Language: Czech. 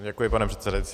Děkuji, pane předsedající.